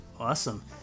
awesome